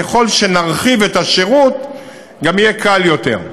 ככל שנרחיב את השירות גם יהיה קל יותר.